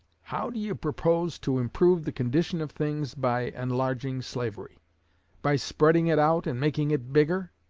how do you propose to improve the condition of things by enlarging slavery by spreading it out and making it bigger?